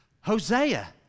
Hosea